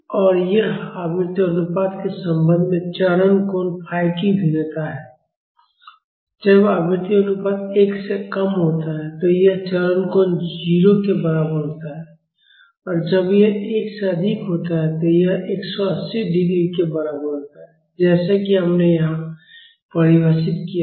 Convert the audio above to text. और यह आवृत्ति अनुपात के संबंध में चरण कोण phi की भिन्नता है जब आवृत्ति अनुपात 1 से कम होता है तो यह चरण कोण 0 के बराबर होता है जब यह 1 से अधिक होता है तो यह 180 डिग्री के बराबर होता है जैसा कि हमने यहां परिभाषित किया है